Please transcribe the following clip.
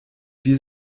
wir